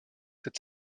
cette